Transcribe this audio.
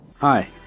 Hi